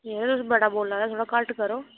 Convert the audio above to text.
यरो तुस बड़ा बोल्ला दे थोह्ड़ा घट्ट करो